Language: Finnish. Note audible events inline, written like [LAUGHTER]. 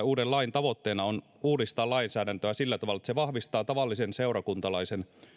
[UNINTELLIGIBLE] uuden lain tavoitteena on uudistaa lainsäädäntöä sillä tavalla että se vahvistaa tavallisen seurakuntalaisen